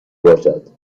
باشد